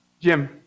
Jim